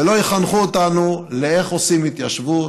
ולא יחנכו אותנו איך עושים התיישבות